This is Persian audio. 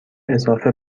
اضافه